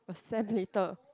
a sem later